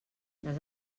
les